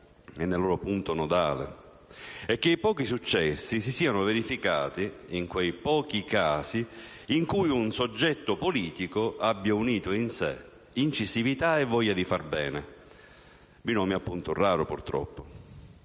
e nel loro punto nodale e che i pochi successi si siano verificati in quei pochi casi in cui un soggetto politico abbia unito in sé incisività e voglia di far bene (binomio appunto raro, purtroppo).